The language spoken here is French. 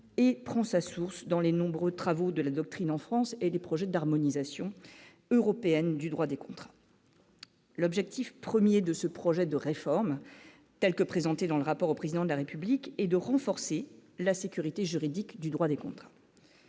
et prend sa source dans les nombreux travaux de la doctrine en France et des projets d'harmonisation européenne du droit des contrats l'objectif 1er de ce projet de réforme telle que présentée dans le rapport au président de la République et de renforcer la sécurité juridique du droit des contrats.